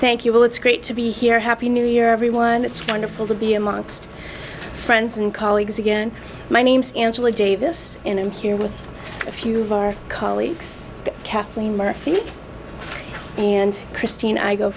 thank you all it's great to be here happy new year everyone it's wonderful to be amongst friends and colleagues again my name's angela davis and here with a few of our colleagues kathleen murphy and christina i go